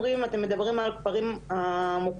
אתם מדברים על הכפרים המוכרים,